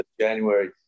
January